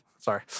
Sorry